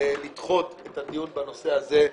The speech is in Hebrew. לדחות את הדיון בנושא הזה,